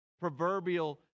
Proverbial